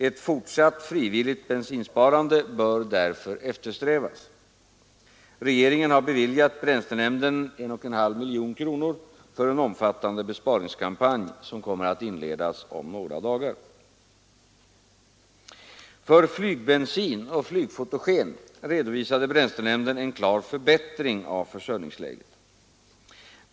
Ett fortsatt frivilligt bensinsparande bör därför eftersträvas. Regeringen har beviljat bränslenämnden 1,5 miljoner kronor för en omfattan&e besparingskampanj, som kommer att inledas om några dagar. För flygbensin och flygfotogen redovisade bränslenämnden en klar förbättring av försörjningsläget.